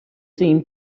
seem